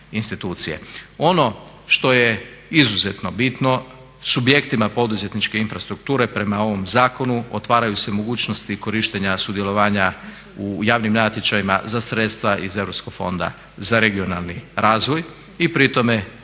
Ono što je izuzetno bitno, subjektima poduzetničke infrastrukture prema ovom zakonu otvaraju se mogućnosti korištenja sudjelovanja u javnim natječajima za sredstva iz Europskog fonda za regionalni razvoj i pri tome